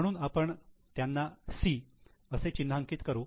म्हणून आपण त्यांना 'C' असे चिन्हांकित करू